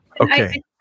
Okay